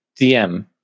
DM